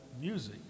music